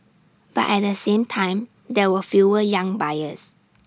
but at the same time there are were fewer young buyers